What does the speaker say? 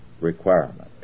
requirement